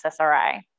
SSRI